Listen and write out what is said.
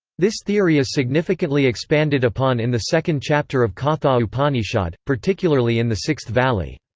this theory is significantly expanded upon in the second chapter of katha upanishad, particularly in the sixth valli.